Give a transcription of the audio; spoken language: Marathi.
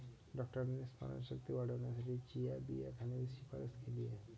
डॉक्टरांनी स्मरणशक्ती वाढवण्यासाठी चिया बिया खाण्याची शिफारस केली आहे